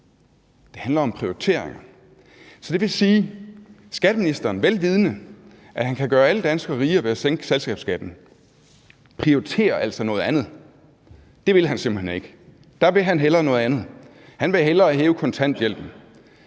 her handler om prioriteringer. Så det vil altså sige, at skatteministeren, vel vidende at han kan gøre alle danskere rigere ved at sænke selskabsskatten, prioriterer noget andet – det vil han simpelt hen ikke. Der vil han hellere noget andet. Han vil hellere hæve kontanthjælpen,